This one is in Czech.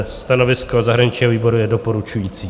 Stanovisko zahraničního výboru je doporučující.